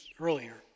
earlier